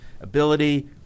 Ability